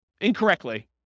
incorrectly